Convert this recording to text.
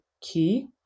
key